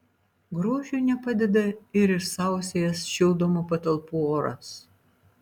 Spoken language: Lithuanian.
grožiui nepadeda ir išsausėjęs šildomų patalpų oras